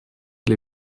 для